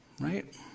right